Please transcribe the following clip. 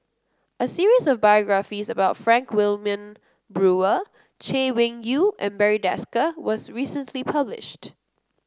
a series of biographies about Frank Wilmin Brewer Chay Weng Yew and Barry Desker was recently published